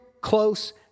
close